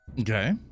Okay